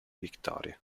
victoria